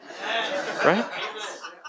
right